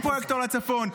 אין פרויקטור לצפון.